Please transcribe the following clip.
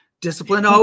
Discipline